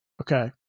Okay